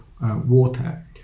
water